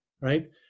right